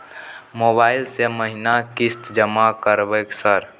Mobile से महीना किस्त जमा करबै सर?